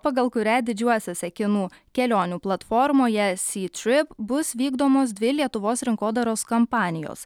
pagal kurią didžiuosiuose kinų kelionių platformoje sytrip bus vykdomos dvi lietuvos rinkodaros kampanijos